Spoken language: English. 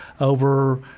over